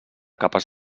capes